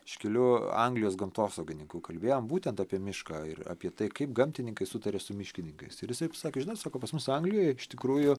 iškiliu anglijos gamtosaugininku kalbėjom būtent apie mišką ir apie tai kaip gamtininkai sutaria su miškininkais ir jisai pasakė žinot sako pas mus anglijoje iš tikrųjų